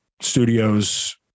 studios